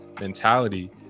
mentality